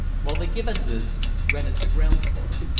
while the gibbonses rented the ground floor.